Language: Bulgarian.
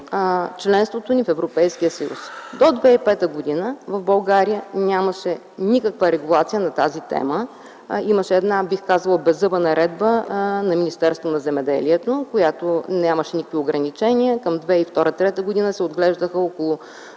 членството ни в Европейския съюз. До 2005 г. в България нямаше никаква регулация на тази тема. Имаше една - бих казала - беззъба наредба на Министерството на земеделието, в която нямаше никакви ограничения. Към 2002-2003 г. се отглеждаха около